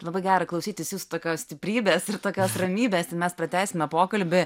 labai gera klausytis jūsų tokios stiprybės ir tokios ramybės mes pratęsime pokalbį